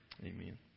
Amen